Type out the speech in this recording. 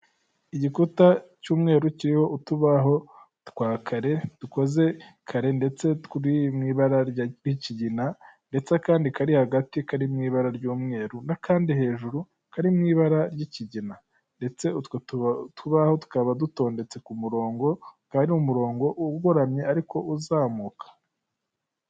Igikuta cy'umweru kiriho utubaho twa kare, dukoze kare ndetse turi mu ibara ry'ikigina ndetse akandi kari hagati kari mu ibara ry'umweru n'akandi hejuru kari mu ibara ry'ikigina ndetse utwo tubaho tukaba dutondetse ku murongo, ukaba ari umurongo ugoramye ariko uzamuka.